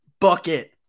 bucket